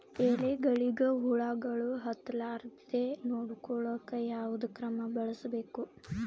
ಎಲೆಗಳಿಗ ಹುಳಾಗಳು ಹತಲಾರದೆ ನೊಡಕೊಳುಕ ಯಾವದ ಕ್ರಮ ಬಳಸಬೇಕು?